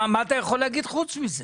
מה אתה יכול להגיד חוץ מזה?